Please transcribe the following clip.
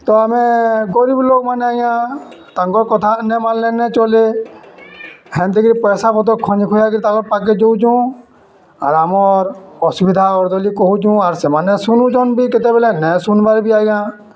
ତ ଆମେ ଗରିବ୍ ଲୋକ୍ମାନେ ଆଜ୍ଞା ତାଙ୍କର କଥା ନେ ମାନ୍ଲେ ନେ ଚଲେ ହେନ୍ତି କିରି ପଇସା ପତର୍ ଖଞ୍ଜି ଖୁଞ୍ଜା କରି ତାଙ୍କର୍ ପାଖେ ଯାଉଚୁଁ ଆର୍ ଆମର୍ ଅସୁବିଧା ଅର୍ଦଲି କହୁଚୁଁ ଆର୍ ସେମାନେ ଶୁନୁଚନ୍ ବି କେତେବେଲେ ନେ ଶୁଣବାର୍ ବି ଆଜ୍ଞା